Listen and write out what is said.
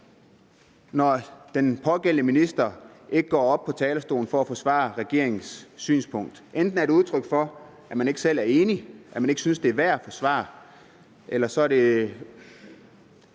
når den pågældende minister ikke går op på talerstolen for at forsvare regeringens synspunkt. Enten er det et udtryk for, at man ikke selv er enig i det, og at man ikke synes, det er værd at forsvare, eller også er det